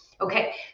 okay